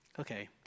okay